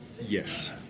yes